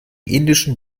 indischen